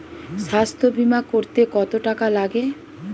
স্বাস্থ্যবীমা করতে কত টাকা লাগে?